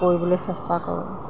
কৰিবলৈ চেষ্টা কৰোঁ